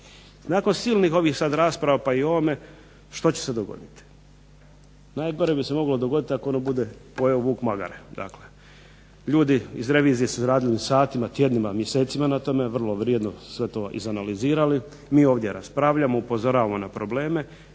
Nakon silnih ovih sada rasprava pa i u ovome što će se dogoditi. Najgore bi se moglo dogoditi ako ono bude pojeo vuk magare, tako je. Ljudi iz revizije su radili satima, tjednima, mjesecima na tome vrlo vrijedno sve to izanalizirali, mi ovdje raspravljamo, upozoravamo na probleme